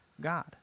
God